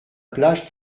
plage